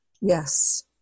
Yes